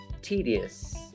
tedious